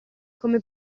come